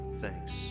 thanks